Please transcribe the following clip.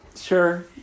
sure